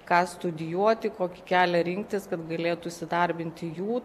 ką studijuoti kokį kelią rinktis kad galėtų įsidarbinti jų